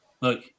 look